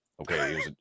Okay